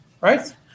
Right